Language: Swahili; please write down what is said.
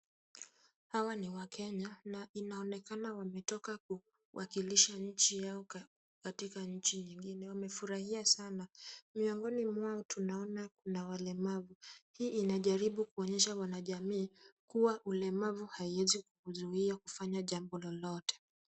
Hawa ni wakenya na inaonekana wametoka kuwakilisha nchi yao katika nchi nyingine. Wamefurahia sana, miongoni mwao tunaona kuwa kuna walemavu. Hii inajaribu kuonyesha wanajamii kuwa ulemavu haiwezi kukuzuia kufanya jambo lolote.